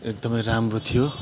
एकदमै राम्रो थियो